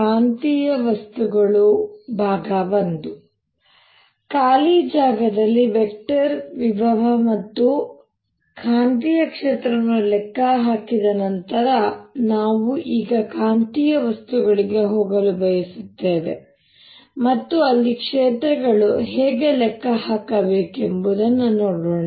ಕಾಂತೀಯ ವಸ್ತುಗಳು 1 ಖಾಲಿ ಜಾಗದಲ್ಲಿ ವೆಕ್ಟರ್ ವಿಭವ ಮತ್ತು ಕಾಂತೀಯ ಕ್ಷೇತ್ರವನ್ನು ಲೆಕ್ಕಹಾಕಿದ ನಂತರ ನಾವು ಈಗ ಕಾಂತೀಯ ವಸ್ತುಗಳಿಗೆ ಹೋಗಲು ಬಯಸುತ್ತೇವೆ ಮತ್ತು ಅಲ್ಲಿ ಕ್ಷೇತ್ರಗಳನ್ನು ಹೇಗೆ ಲೆಕ್ಕ ಹಾಕಬೇಕೆಂದು ನೋಡೋಣ